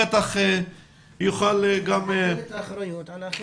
תודה רבה אדוני היושב ראש על כינוס הוועדה וקיום הדיון על גיל